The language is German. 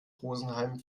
rosenheim